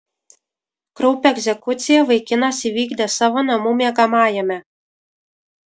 kraupią egzekuciją vaikinas įvykdė savo namų miegamajame